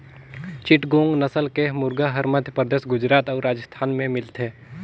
चिटगोंग नसल के मुरगा हर मध्यपरदेस, गुजरात अउ राजिस्थान में मिलथे